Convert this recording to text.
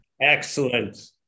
Excellent